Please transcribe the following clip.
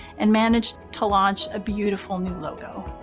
and managed to launch a beautiful new logo.